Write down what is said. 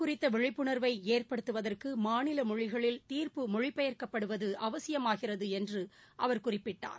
குறித்தவிழிப்புண்வைஏற்படுத்தவத்றகுமாநிலமொழிகளில் சுட்டம் தீர்ப்பு மொழிபெயர்க்கப்படுவதுஅவசியமாகிறதுஎன்றுஅவர் குறிப்பிட்டார்